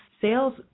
sales